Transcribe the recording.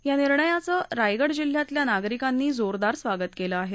या निर्णयाचं रायगड जिल्हयातल्या नागरिकांनी जोरदार स्वागत केलं आहे